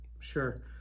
Sure